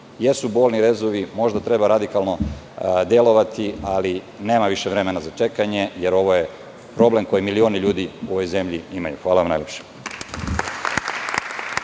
Jesu bolni rezovi, možda treba radikalno delovati, ali nema više vremena za čekanje, jer ovo je problem koji milioni ljudi u ovoj zemlji imaju. Hvala vam najlepše.